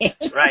right